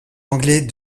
anglais